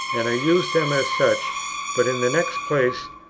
and i used them as such but in the next place,